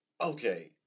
Okay